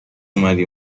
اومدی